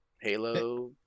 Halo